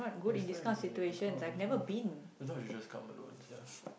next time ya just now just now just now you should just come alone ya